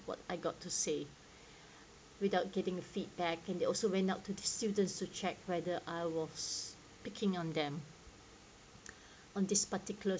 what I got to say without getting feedback and they also went out to the students to check whether I was picking on them on this particular